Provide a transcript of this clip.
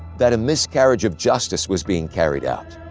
that a miscarriage of justice was being carried out.